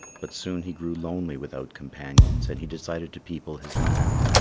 but soon he grew lonely without companions and he decided to people his land.